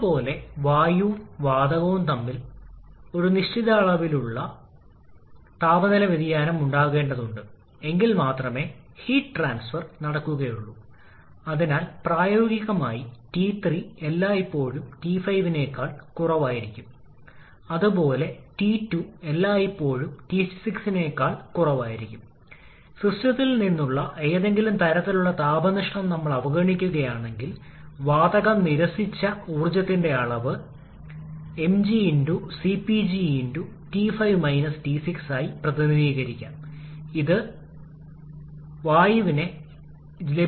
അതുപോലെ 3 മുതൽ 4 വരെയുള്ള പ്രക്രിയയാണ് നമ്മൾ ആദ്യം പിന്തുടരുന്നത് അതിനാൽ നമ്മൾ അത് പിന്തുടരുന്നു എല്ലായ്പ്പോഴും കേവലിൽ എസ്ഐ യൂണിറ്റുകളോ താപനിലയോ ഇടുക കാരണം നിങ്ങൾ കേവലമായതിനെക്കുറിച്ചാണ് സംസാരിക്കുന്നത് താപനില